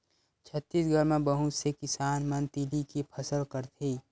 छत्तीसगढ़ म बहुत से किसान मन तिली के फसल करथे